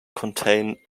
contain